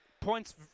Points